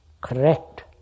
correct